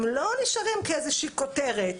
הם לא נשארים כאיזושהי כותרת.